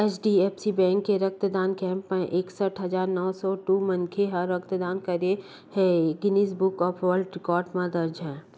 HDFC bank के रक्तदान camp म एकसट हजार नव सौ दू मनखे ह रक्तदान करिस ए ह Guinness book of world record म दर्ज हे